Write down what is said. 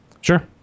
sure